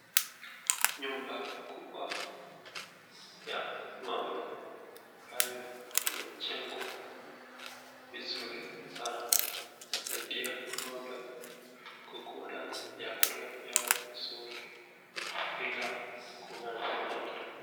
Nyumba kubwa ya ng'ombe ambayo imejengwa vizuri sana. Inasaidia ng'ombe kukula vyakula vyao vizuri bila kung'ang'aniana.